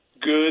good